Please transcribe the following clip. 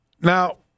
Now